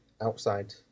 outside